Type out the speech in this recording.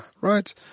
right